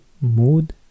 Mood